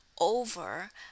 over